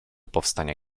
powstania